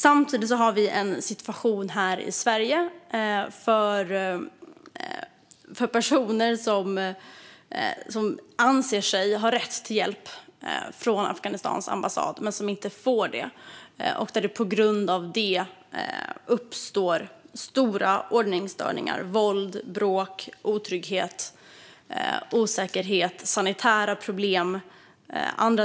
Samtidigt har vi här i Sverige en situation med personer som anser sig ha rätt till hjälp från Afghanistans ambassad men inte får det, och på grund av detta uppstår stora ordningsstörningar - våld, bråk, otrygghet, osäkerhet och sanitära problem.